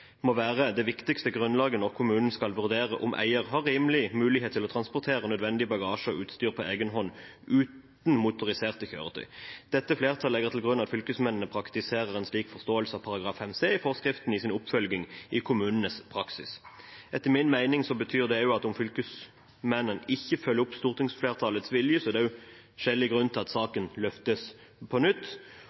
må være det viktigste grunnlaget når kommunen skal vurdere om eier har rimelig mulighet til å transportere nødvendig bagasje og utstyr på egen hånd uten motoriserte kjøretøy. Dette flertallet legger til grunn at fylkesmennene praktiserer en slik forståelse av § 5c i forskriften i sin oppfølging av kommunenes praksis.» Etter min mening betyr dette også at om fylkesmennene ikke følger opp stortingsflertallets vilje, er det skjellig grunn til at saken løftes på nytt.